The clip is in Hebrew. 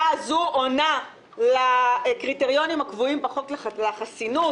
הזו עונה בקריטריונים הקבועים לחוק החסינות,